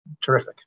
terrific